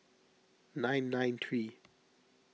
nine nine three